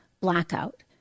blackout